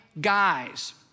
guys